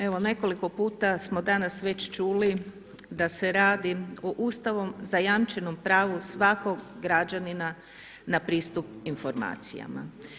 Evo nekoliko puta smo danas već čuli da se radi o ustavom zajamčenom pravu svakog građanina na pristup informacijama.